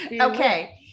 Okay